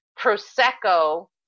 prosecco